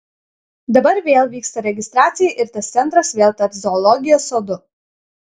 dabar vėl vyksta registracija ir tas centras vėl taps zoologijos sodu